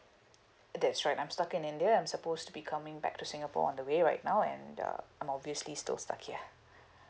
uh that's right I'm stuck in india I'm supposed to be coming back to singapore on the way right now and uh I'm obviously still stuck here